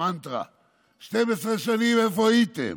איפה הייתם?"